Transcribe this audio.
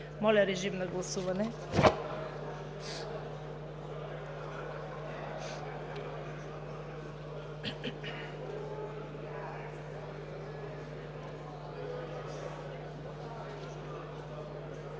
Моля, режим на гласуване.